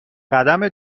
قدم